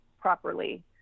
properly